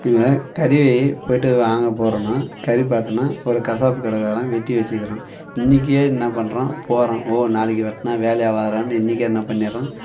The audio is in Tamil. இருங்க கறி போயிட்டு வாங்கப் போகிறோன்னா கறி பார்த்தோன்னா ஒரு கசாப்பு கடைக்காரன் வெட்டி வச்சிக்கிறான் இன்றைக்கே என்ன பண்ணுறான் போகிறான் ஓ நாளைக்கு வெட்டினா வேலை ஆகாதுடான்னு இன்றைக்கே என்ன பண்ணிடுறான்